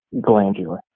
glandular